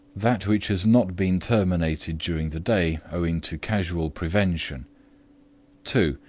that which has not been terminated during the day owing to casual prevention two,